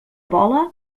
vola